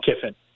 Kiffin